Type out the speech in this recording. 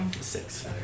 Six